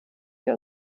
wir